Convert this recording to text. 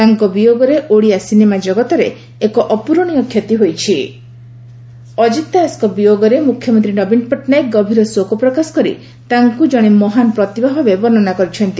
ତାଙ୍କ ବିୟୋଗରେ ଓଡ଼ିଆ ସିନେମା ଜଗତରେ ଏକ ଅପ୍ରଣୀୟ ଅଜିତ୍ ଦାସଙ୍କ ବିୟୋଗରେ ମୁଖ୍ୟମନ୍ତୀ ନବୀନ ପଟ୍ଟନାୟକ ଗଭୀର ଶୋକ ପ୍ରକାଶ କରି ତାଙ୍କୁ ଜଣେ ମହାନ ପ୍ରତିଭା ଭାବେ ବର୍ଷ୍ଡନା କରିଛନ୍ତି